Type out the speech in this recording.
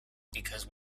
because